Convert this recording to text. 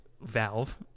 valve